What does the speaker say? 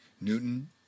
Newton